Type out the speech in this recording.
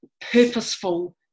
purposeful